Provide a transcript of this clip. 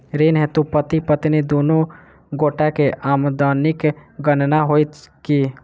ऋण हेतु पति पत्नी दुनू गोटा केँ आमदनीक गणना होइत की?